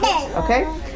Okay